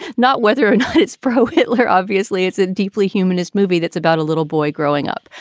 not whether or not it's pro-hitler. obviously it's a deeply humanist movie that's about a little boy growing up.